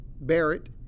Barrett